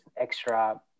extra